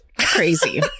crazy